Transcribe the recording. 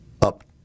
up